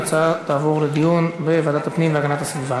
ההצעות יעברו לדיון בוועדת הפנים והגנת הסביבה.